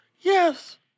Yes